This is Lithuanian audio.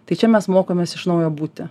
tai čia mes mokomės iš naujo būti